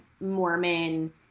mormon